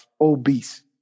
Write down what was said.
obese